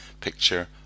picture